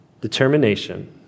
determination